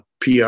PR